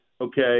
okay